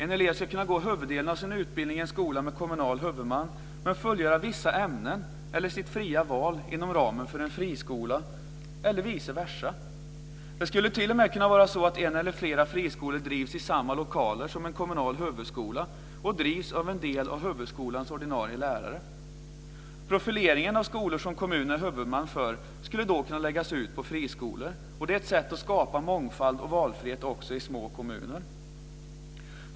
En elev ska kunna gå huvuddelen av sin utbildning i en skola med kommunal huvudman men fullgöra vissa ämnen eller sitt fria val inom ramen för en friskola eller vice versa. Det skulle t.o.m. kunna vara så att en eller flera friskolor drivs i samma lokaler som en kommunal huvudskola, av en del av huvudskolans ordinarie lärare. Profileringen av skolor som kommunen är huvudman för skulle då kunna läggas ut på friskolor. Det är ett sätt att skapa valfrihet och mångfald också i små kommuner.